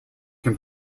can